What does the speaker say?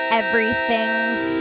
everything's